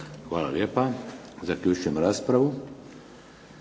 Hvala lijepa. Zaključujem raspravu.